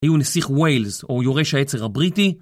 היו נסיך ווילס, או יורש העצר הבריטי.